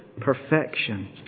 perfection